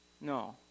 No